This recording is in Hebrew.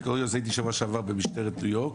הייתי בשבוע שעבר במשטרת ניו יורק,